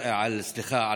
חבריי חברי הכנסת,